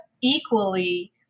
equally